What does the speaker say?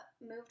moved